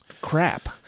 crap